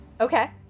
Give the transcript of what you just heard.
okay